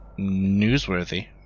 newsworthy